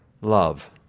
love